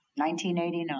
1989